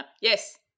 yes